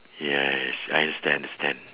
yes I understand understand